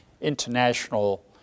international